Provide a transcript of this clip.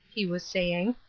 he was saying.